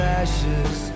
ashes